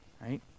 right